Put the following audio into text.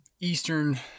eastern